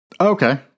Okay